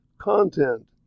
content